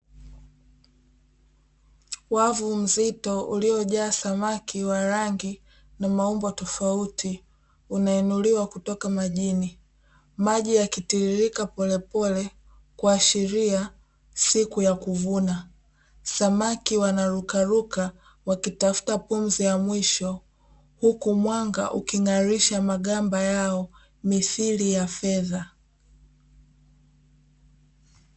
Wavu mzito uliyojaa samaki wa rangi na maumbo tofauti unainuliwa kutoka majini, maji yakitiririka polepole kuashiria siku ya kuvuna, samaki wanarukaruka wakitafuta pumzi ya mwisho huku mwanga uking'arisha magamba yao mithili ya fedha.